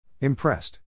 Impressed